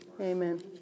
Amen